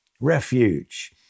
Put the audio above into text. refuge